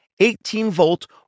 18-volt